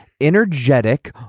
energetic